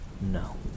No